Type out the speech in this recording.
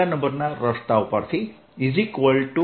ds0 12E